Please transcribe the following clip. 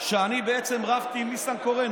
שאני בעצם רבתי עם ניסנקורן.